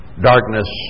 darkness